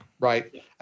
Right